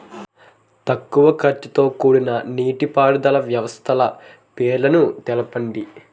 తక్కువ ఖర్చుతో కూడుకున్న నీటిపారుదల వ్యవస్థల పేర్లను తెలపండి?